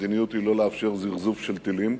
והמדיניות היא לא לאפשר זרזוף של טילים,